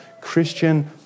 Christian